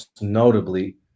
notably